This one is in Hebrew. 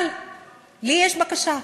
אבל לי יש בקשה: